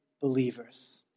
believers